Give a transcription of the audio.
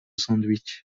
sandwich